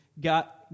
got